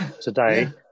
today